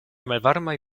malvarmaj